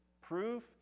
proof